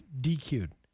DQ'd